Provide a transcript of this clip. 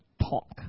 talk